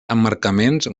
emmarcaments